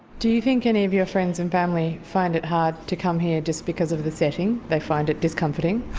do you think any of your friends and family find it hard to come here just because of the setting, they find it discomforting?